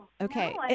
okay